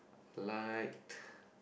liked